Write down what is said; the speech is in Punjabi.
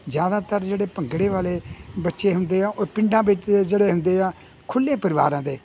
ਜ਼ਿਆਦਾਤਰ ਜਿਹੜੇ ਭੰਗੜੇ ਵਾਲੇ ਬੱਚੇ ਹੁੰਦੇ ਆ ਉਹ ਪਿੰਡਾਂ ਵਿੱਚ ਦੇ ਜਿਹੜੇ ਹੁੰਦੇ ਆ ਖੁੱਲ੍ਹੇ ਪਰਿਵਾਰਾਂ ਦੇ